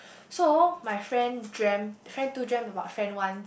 so my friend dreamt friend two dreamt about friend one